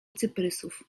cyprysów